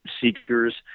seekers